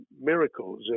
miracles